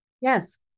Yes